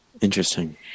Interesting